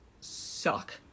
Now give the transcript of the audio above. suck